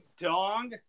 dong